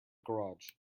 garage